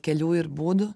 kelių ir būdų